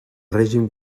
règim